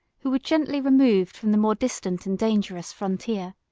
who were gently removed from the more distant and dangerous frontier.